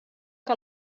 que